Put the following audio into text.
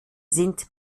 sind